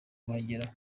kuhagera